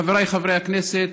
חבריי חברי הכנסת,